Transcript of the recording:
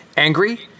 Angry